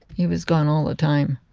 he was gone all the time.